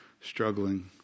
struggling